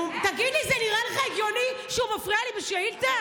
לא, לא.